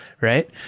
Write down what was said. right